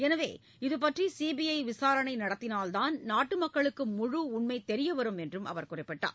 எனவே இதுபற்றி சிபிஐ விசாரணை நடத்தினால்தான் நாட்டு மக்களுக்கு முழு உண்மை தெரிய வரும் என்றும் அவர் குறிப்பிட்டார்